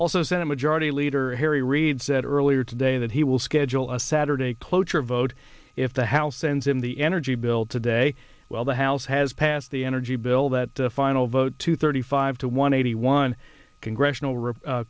also senate majority leader harry reid said earlier today that he will schedule a saturday cloture vote if the house sends him the energy bill today while the house has passed the energy bill that final vote to thirty five to one eighty one congressional r